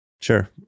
Sure